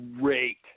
great